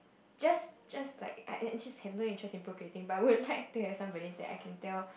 just just like I I~ just have no interest in procreating but would like to have somebody that I can tell